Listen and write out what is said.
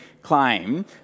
claim